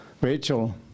Rachel